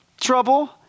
trouble